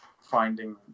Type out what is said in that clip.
finding